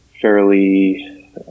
fairly